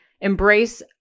embrace